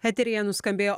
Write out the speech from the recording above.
eteryje nuskambėjo